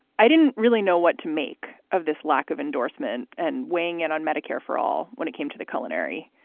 i didn't really know what to make of this lack of endorsement and weighing in on medicare for all. when it came to the culinary.